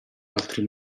altri